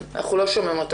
אנחנו מחוברות